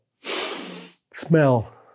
smell